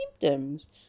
symptoms